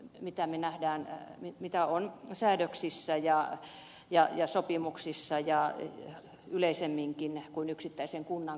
aina sitä signaalia mitä on säädöksissä ja sopimuksissa ja yleisemminkin kuin yksittäisen kunnan kohdalla